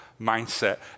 mindset